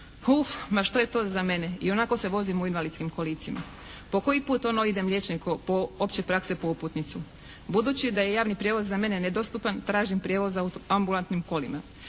Uf, ma što je to za mene. I onako se vozim u invalidskim kolicima. Po koji put ono idem liječniku opće prakse po uputnicu. Budući da je javni prijevoz za mene nedostupan, tražim prijevoz ambulantnim kolima.